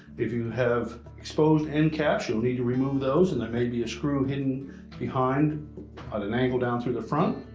if you have exposed endcaps, you'll need to remove those and there may be a screw hidden behind at an angle down through the front,